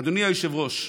אדוני היושב-ראש,